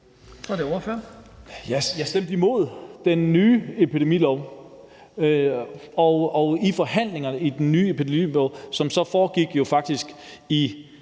Jeg stemte imod den nye epidemilov, og i forhandlingerne om den nye epidemilov deltog sundhedsordførerne jo faktisk.